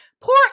Poor